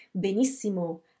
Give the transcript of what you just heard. Benissimo